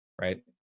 right